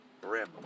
Brim